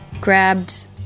grabbed